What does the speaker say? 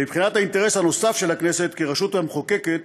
ומבחינת האינטרס הנוסף של הכנסת כרשות המחוקקת,